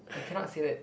you cannot say that